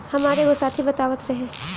हामार एगो साथी बतावत रहे